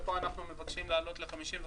ופה אנחנו מבקשים להעלות ל-55,